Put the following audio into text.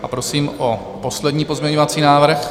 A prosím o poslední pozměňovací návrh.